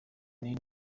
n’iyi